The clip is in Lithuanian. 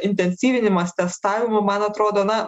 intensyvinimas testavimų man atrodo na